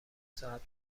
ساعت